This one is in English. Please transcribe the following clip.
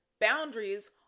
Boundaries